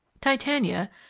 titania